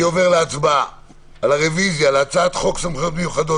אני עובר להצבעה על הרוויזיה על הצעת חוק סמכויות מיוחדות